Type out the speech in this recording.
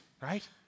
right